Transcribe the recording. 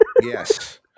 Yes